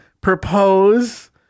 propose